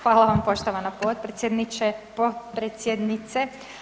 Hvala vam poštovana potpredsjednice.